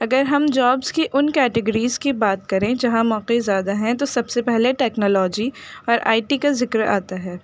اگر ہم جابس کی ان کیٹیگریز کی بات کریں جہاں موقعے زیادہ ہیں تو سب سے پہلے ٹیکنالوجی اور آئی ٹی کا ذکر آتا ہے